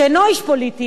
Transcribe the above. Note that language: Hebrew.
שאינו איש פוליטי,